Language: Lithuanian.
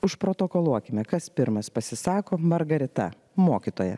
užprotokoluokime kas pirmas pasisako margarita mokytoja